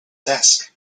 desk